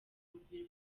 urugwiro